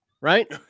Right